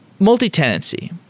Multi-tenancy